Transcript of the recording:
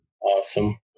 Awesome